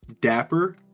Dapper